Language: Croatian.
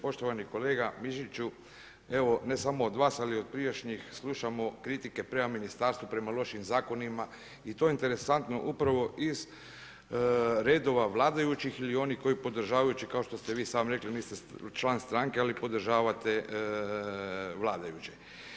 Poštovani kolega Mišiću, evo ne samo od vas, ali i od prijašnjih slušamo kritike prema Ministarstvu, prema lošim zakonima i to je interesantno, upravo iz redova vladajućih ili onih koji podržavajući, kao što ste vi sami rekli, niste član stranke, ali podržavate vladajuće.